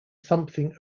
something